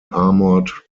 armored